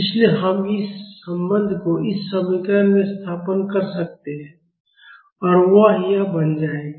इसलिए हम इस संबंध को इस समीकरण में स्थानापन्न कर सकते हैं और वह यह बन जाएगा